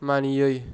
मानियै